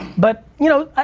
but you know,